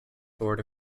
board